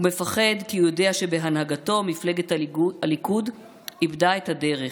הוא מפחד כי הוא יודע שבהנהגתו מפלגת הליכוד איבדה את הדרך.